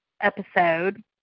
episode